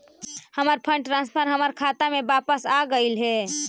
हमर fund transfer हमर खाता में वापस आगईल हे